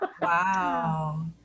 Wow